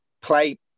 Play